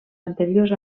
anteriors